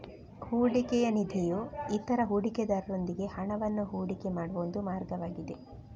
ಹೂಡಿಕೆಯ ನಿಧಿಯು ಇತರ ಹೂಡಿಕೆದಾರರೊಂದಿಗೆ ಹಣವನ್ನ ಹೂಡಿಕೆ ಮಾಡುವ ಒಂದು ಮಾರ್ಗವಾಗಿದೆ